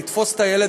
לתפוס את הילד,